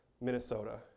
Minnesota